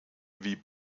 wie